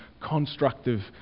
constructive